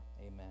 Amen